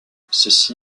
ceci